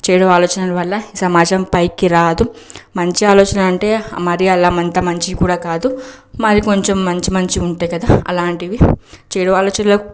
చెడు ఆలోచనల వల్ల సమాజం పైకి రాదు మంచి ఆలోచనలు అంటే మరీ అలా అంత మంచివి కూడా కాదు మరి కొంచెం మంచి మంచివి ఉంటాయి కదా అలాంటివి చెడు ఆలోచనలకి